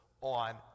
on